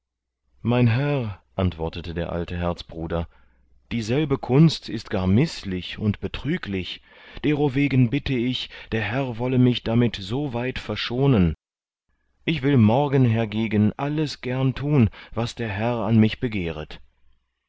mein herr antwortete der alte herzbruder dieselbe kunst ist gar mißlich und betrüglich derowegen bitte ich der herr wolle mich damit so weit verschonen ich will morgen hergegen alles gern tun was der herr an mich begehret